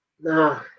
No